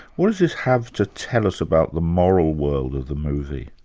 what does this have to tell us about the moral world of the movie?